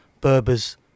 Berber's